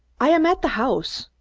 i am at the house.